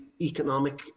economic